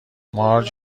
مارج